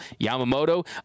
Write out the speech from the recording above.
Yamamoto